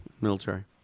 military